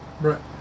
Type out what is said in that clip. right